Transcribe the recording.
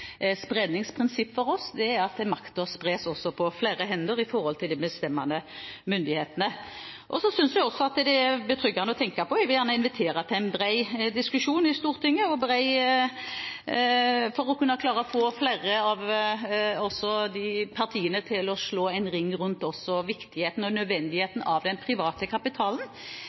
Det er for oss et maktspredningsprinsipp at makten overfor bestemmende myndigheter spres på flere hender. Jeg synes også det er betryggende å tenke på – og jeg vil gjerne invitere til – at vi får en bred diskusjon om dette i Stortinget, slik at vi kan klare å få flere av partiene til å slå ring om viktigheten og nødvendigheten av den private kapitalen.